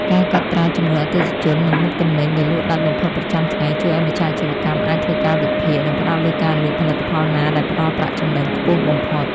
ការកត់ត្រាចំនួនអតិថិជន និងមុខទំនិញដែលលក់ដាច់បំផុតប្រចាំថ្ងៃ ជួយឱ្យម្ចាស់អាជីវកម្មអាចធ្វើការវិភាគ និងផ្ដោតលើការលក់ផលិតផលណាដែលផ្ដល់ប្រាក់ចំណេញខ្ពស់បំផុត។